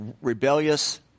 rebellious